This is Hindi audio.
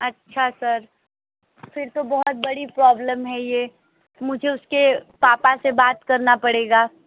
अच्छा सर फिर तो बहुत बड़ी प्रॉब्लम है ये मुझे उसके पापा से बात करना पड़ेगा